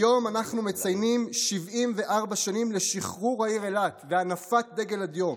היום אנחנו מציינים 74 שנים לשחרור העיר אילת והנפת דגל הדיו,